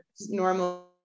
normal